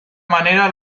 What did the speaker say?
manera